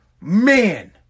man